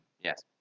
yes